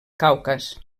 caucas